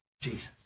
Jesus